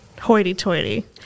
hoity-toity